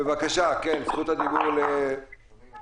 בהיבטים של נתוני מיקום אלא בכלל כסמכות פיקוח גנרית.